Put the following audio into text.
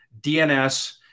DNS